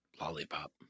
lollipop